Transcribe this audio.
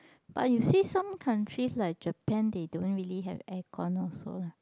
but you see some countries like Japan they don't really have air con also lah